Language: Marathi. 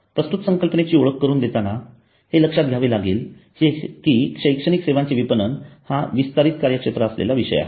प्रस्तुत संकल्पनेची ओळख करुन देताना हे लक्षात घ्यावे लागेल कि शैक्षणिक सेवांचे विपणन हा विस्तारित कार्यक्षेत्र असलेला विषय आहे